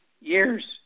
years